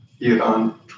Iran